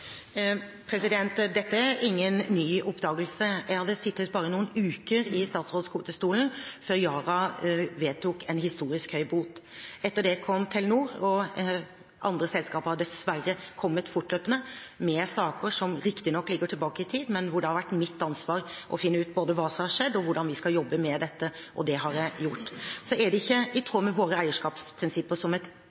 Dette er ingen ny oppdagelse. Jeg hadde sittet bare noen uker i statsrådstolen da Yara vedtok en historisk høy bot. Etter det kom Telenor, og andre selskaper har dessverre kommet fortløpende med saker som riktignok ligger tilbake i tid, men hvor det har vært mitt ansvar å finne ut både hva som har skjedd, og hvordan vi skal jobbe med dette, og det har jeg gjort. Så er det ikke i tråd med våre eierskapsprinsipper, som et